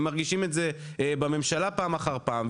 מרגישים את זה בממשלה פעם אחר פעם,